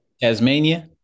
Tasmania